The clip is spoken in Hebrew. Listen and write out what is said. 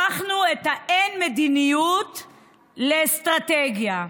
הפכנו את האין-מדיניות לאסטרטגיה.